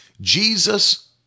Jesus